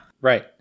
Right